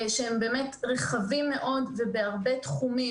שהם באמת רחבים מאוד ובהרבה תחומים.